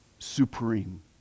Supreme